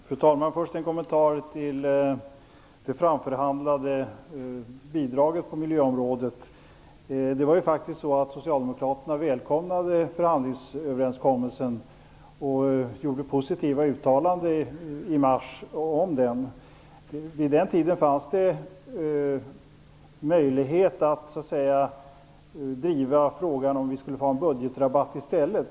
Fru talman! Först en kommentar till det framförhandlade bidraget på miljöområdet. Socialdemokraterna välkomnade faktiskt förhandlingsöverenskommelsen och gjorde positiva uttalanden om den i mars. Vid den tiden fanns det möjlighet att så att säga driva frågan om vi skulle ha en budgetrabatt i stället.